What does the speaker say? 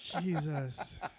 Jesus